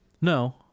No